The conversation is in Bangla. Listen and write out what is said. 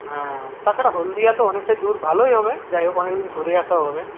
হ্যাঁ তাছাড়া হলদিয়া তো অনেকটাই দূর ভালোই হবে যাই হোক অনেকদিন ঘুরে আসাও হবে